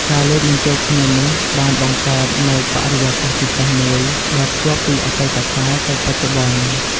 ការលាយបញ្ចូលគ្នានេះបានបង្កើតនូវបរិយាកាសពិសេសមួយ ដែលភ្ជាប់ពីអតីតកាលទៅបច្ចុប្បន្ន។